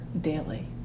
daily